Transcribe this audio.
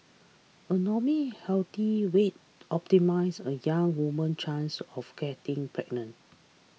a normal healthy weight optimises a young woman's chance of getting pregnant